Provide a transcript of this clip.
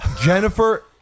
Jennifer